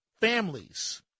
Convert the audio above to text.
families